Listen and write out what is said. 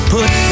Put